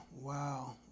wow